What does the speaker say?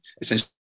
essentially